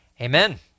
Amen